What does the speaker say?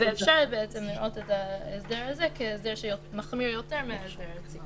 ואפשר לראות את ההסדר הזה כהסדר שמחמיר יותר מההסדר הארצי.